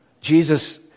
Jesus